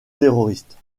terroristes